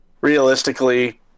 realistically